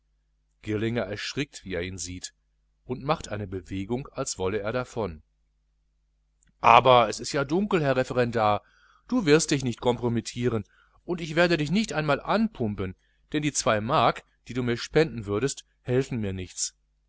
girlinger erschrickt wie er ihn sieht und macht eine bewegung als wolle er davon aber es ist ja dunkel herr referendar du wirst dich nicht kompromittieren und ich werde dich nicht einmal anpumpen denn die zwei mark die du mir spenden würdest helfen mir nichts